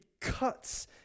cuts